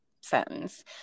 sentence